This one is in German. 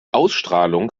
ausstrahlung